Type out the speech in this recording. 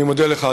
אני מודה לך,